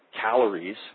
calories